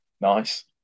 Nice